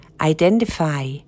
identify